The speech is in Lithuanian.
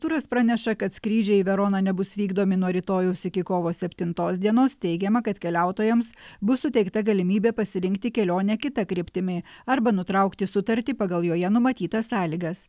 turas praneša kad skrydžiai į veroną nebus vykdomi nuo rytojaus iki kovo septintos dienos teigiama kad keliautojams bus suteikta galimybė pasirinkti kelionę kita kryptimi arba nutraukti sutartį pagal joje numatytas sąlygas